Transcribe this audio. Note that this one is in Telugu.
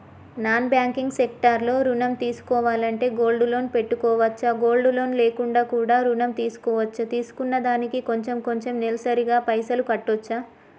నాన్ బ్యాంకింగ్ సెక్టార్ లో ఋణం తీసుకోవాలంటే గోల్డ్ లోన్ పెట్టుకోవచ్చా? గోల్డ్ లోన్ లేకుండా కూడా ఋణం తీసుకోవచ్చా? తీసుకున్న దానికి కొంచెం కొంచెం నెలసరి గా పైసలు కట్టొచ్చా?